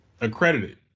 Accredited